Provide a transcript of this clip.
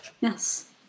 Yes